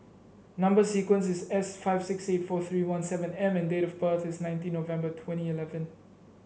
number sequence is S five six eight four three one seven M and date of birth is nineteen November twenty eleven